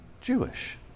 Jewish